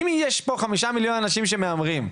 אם יש פה חמישה מיליון אנשים שמהמרים,